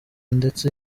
ndetse